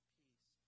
peace